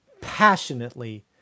passionately